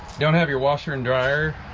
don't have your washer and dryer